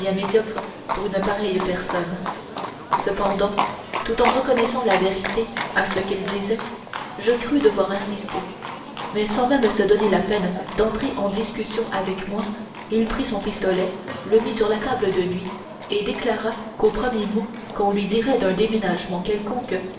médiocre pour une pareille personne cependant tout en reconnaissant la vérité de ce qu'il disait je crus devoir insister mais sans même se donner la peine d'entrer en discussion avec moi il prit son pistolet le mit sur sa table de nuit et déclara qu'au premier mot qu'on lui dirait d'un déménagement quelconque